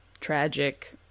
Tragic